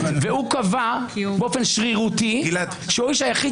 והוא קבע באופן שרירותי שהוא האיש היחיד